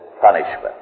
punishment